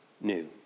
new